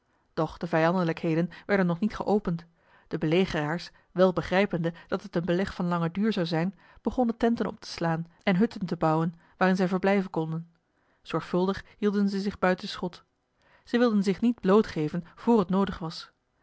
doch de vijandelijkheden werden nog niet geopend de belegeraars wel begrijpende dat het een beleg van langen duur zou zijn begonnen tenten op te slaan en hutten te bouwen waarin zij verblijven konden zorgvuldig hielden zij zich buiten schot zij wilden zich niet bloot geven voor het noodig was